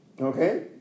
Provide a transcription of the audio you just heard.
Okay